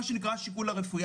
מה שנקרא השיקול הרפואי.